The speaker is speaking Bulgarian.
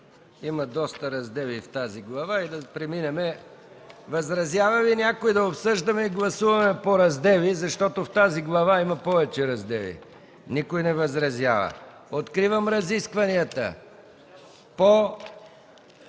Има доста раздели в тази глава. Възразява ли някой да обсъждаме и да гласуваме по раздели, защото в тази глава има повече раздели? Никой не възразява. Откривам разискванията по